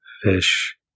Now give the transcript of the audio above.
fish